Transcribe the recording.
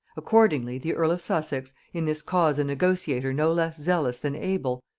accordingly the earl of sussex, in this cause a negotiator no less zealous than able,